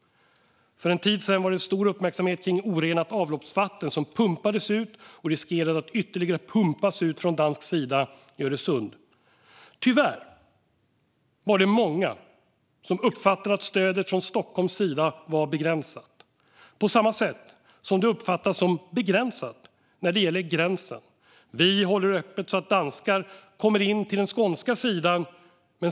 För en tid sedan var det stor uppmärksamhet kring orenat avloppsvatten som pumpades ut och riskerade att ytterligare pumpas ut från dansk sida i Öresund. Tyvärr var det många från Stockholms sida som uppfattade att stödet var begränsat. På samma sätt uppfattas det som begränsat när det gäller gränsen. Vi håller öppet så att danskar kommer in på den skånska sidan.